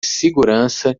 segurança